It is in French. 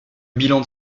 bilan